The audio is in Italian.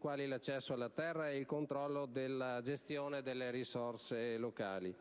quali l'accesso alla terra e il controllo e la gestione delle risorse locali;